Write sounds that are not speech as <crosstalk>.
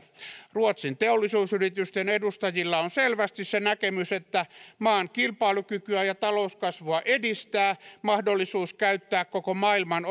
ruotsin teollisuusyritysten edustajilla on selvästi se näkemys että maan kilpailukykyä ja talouskasvua edistää mahdollisuus käyttää koko maailman <unintelligible>